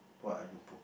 what are you pro~